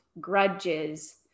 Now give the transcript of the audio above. grudges